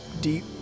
deep